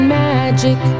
magic